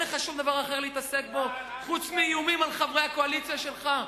אין לך שום דבר אחר להתעסק בו חוץ מאיומים על חברי הקואליציה שלך?